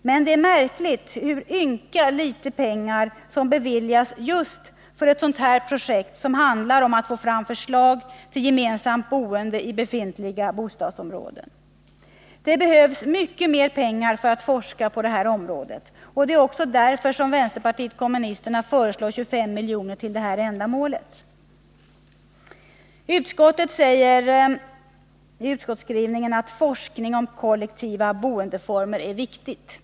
Men det är märkligt hur ynka litet pengar som beviljats just för ett sådant här projekt som handlar om att få fram förslag till gemensamt boende i befintliga områden. Det behövs mycket mer pengar för att forska på detta område. Det är också därför som vpk föreslår 25 miljoner till detta ändamål. Det heter i utskottets skrivning att forskning om kollektiva boendeformer är viktig.